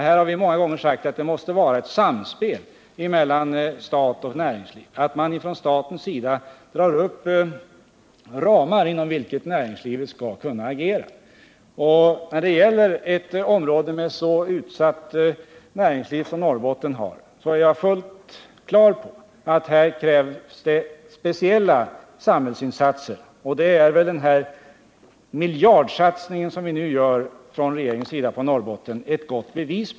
Vi har ofta sagt att det måste vara ett samspel mellan stat och näringsliv, varvid staten drar upp ramar inom vilka näringslivet skall kunna agera. När det gäller ett näringsliv som är så utsatt som Norrbottens är jag helt på det klara med att det krävs speciella samhällsinsatser, och regeringens miljardsatsning är ett gott exempel på detta.